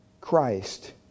Christ